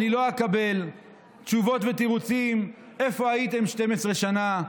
אני לא אקבל תשובות ותירוצים: איפה הייתם 12 שנה?